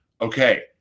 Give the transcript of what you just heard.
okay